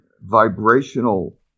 vibrational